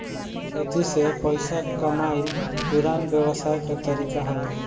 खेती से पइसा कमाइल पुरान व्यवसाय के तरीका हवे